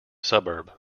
suburb